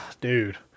dude